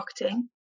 marketing